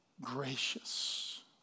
gracious